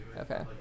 Okay